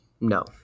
No